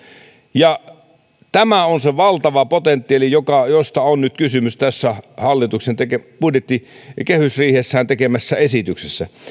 ja tämä on se valtava potentiaali josta on nyt kysymys tässä hallituksen kehysriihessään tekemässä esityksessä